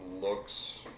looks